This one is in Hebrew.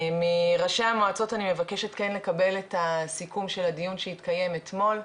מראשי המועצות אני מבקשת כן לקבל את הסיכום של הדיון שהתקיים אתמול,